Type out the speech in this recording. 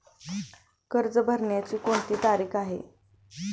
कर्ज भरण्याची कोणती तारीख आहे?